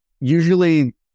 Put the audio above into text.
usually